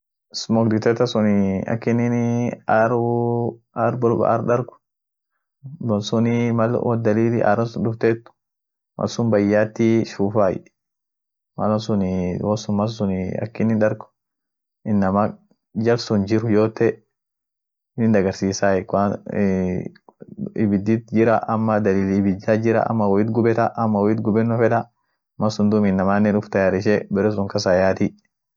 Bulin sunii ak ishin bisaan hoodisit. bisaan it buuseni dumii stiman wot connectenie, stima kas daabeni it bobeesen. mal itbobeesen bisaan kas jiren sun ihoodenie. hindanfeni ama mal atin feetsun. mal atin hood gudio hinfeen ama hood zaidia hinfeen. malum atin feet sun malin goot daanfitai. ishisuni bisanin akas hoodenie.